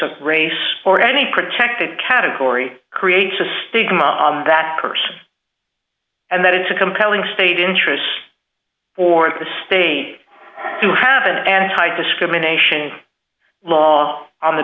of race or any protected category creates a stigma that person and that it's a compelling state interest for the state to have an anti discrimination law on the